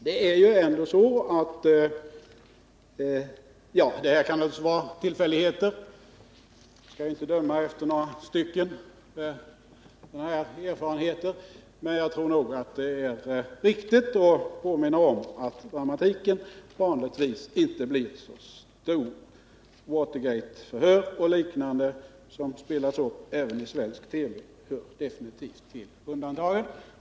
Det här kan naturligtvis vara tillfälligheter — vi skall inte döma efter några få erfarenheter, men jag tror att det är viktigt att påminna om att dramatiken vanligtvis inte blir så stor. Watergateförhör och liknande, som spelas upp även i svensk TV, hör definitivt till undantagen.